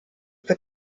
wird